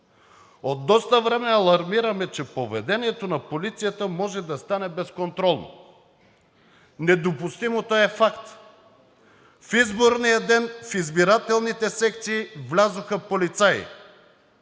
От доста време алармираме, че поведението на полицията може да стане безконтролно. Недопустимото е факт – в изборния ден в избирателните секции влязоха полицаи,